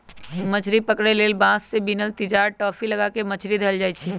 मछरी पकरे लेल बांस से बिनल तिजार, टापि, लगा क मछरी धयले जाइ छइ